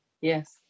Yes